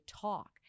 talk